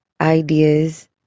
ideas